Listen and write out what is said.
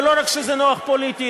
ולא רק כשזה נוח פוליטית.